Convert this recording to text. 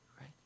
right